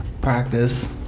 practice